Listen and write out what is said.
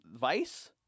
Vice